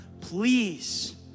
please